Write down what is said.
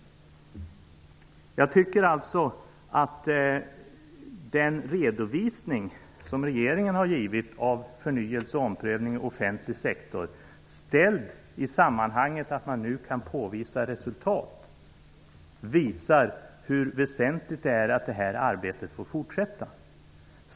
Jag tycker alltså att den redovisning som regeringen har givit i fråga om förnyelse och omprövning i offentlig sektor, ställd i det sammanhanget att man nu kan påvisa resultat, visar hur väsentligt det är att det här arbetet får fortsätta.